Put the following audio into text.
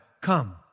Come